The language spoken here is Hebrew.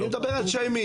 אני לא מדבר על שיימינג.